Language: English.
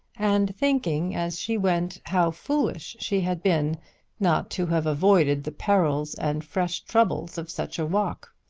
and thinking as she went how foolish she had been not to have avoided the perils and fresh troubles of such a walk.